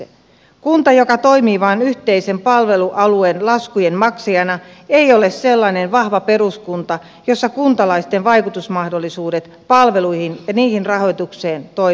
kunta joka toimii vain yhteisen palvelualueen laskujen maksajana ei ole sellainen vahva peruskunta jossa kuntalaisten vaikutusmahdollisuudet palveluihin ja niiden rahoitukseen toimisivat